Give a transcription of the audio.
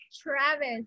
Travis